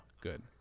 good